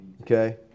Okay